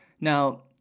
Now